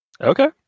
Okay